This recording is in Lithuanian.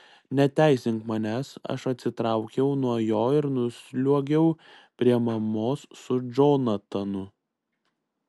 neteisink manęs aš atsitraukiau nuo jo ir nusliuogiau prie mamos su džonatanu